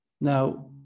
Now